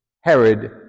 Herod